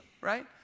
right